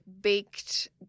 baked